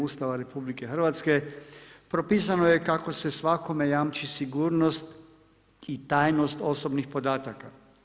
Ustava RH propisano je kako se svakome jamči sigurnost i tajnost osobnih podatka.